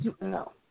No